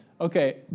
okay